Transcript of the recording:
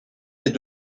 des